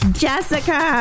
jessica